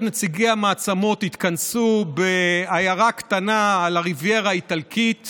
התכנסו בעיירה קטנה על הריביירה באיטלקית